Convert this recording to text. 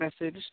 message